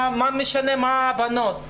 מה זה משנה מה הבנות?